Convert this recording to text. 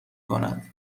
کند